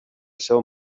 seu